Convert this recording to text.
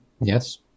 Yes